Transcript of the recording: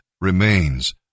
remains